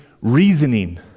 reasoning